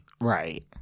right